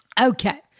Okay